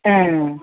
ಹಾಂ